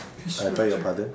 I beg your pardon